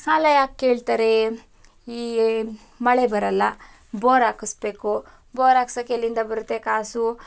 ಸಾಲ ಯಾಕೆ ಕೇಳ್ತಾರೆ ಈ ಮಳೆ ಬರಲ್ಲ ಬೋರ್ ಹಾಕಿಸ್ಬೇಕು ಬೋರ್ ಹಾಕ್ಸೋಕ್ಕೆ ಎಲ್ಲಿಂದ ಬರುತ್ತೆ ಕಾಸು